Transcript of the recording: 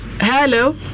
hello